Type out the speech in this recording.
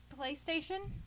PlayStation